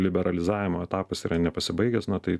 liberalizavimo etapas yra nepasibaigęs na tai